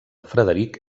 frederic